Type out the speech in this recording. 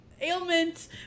ailment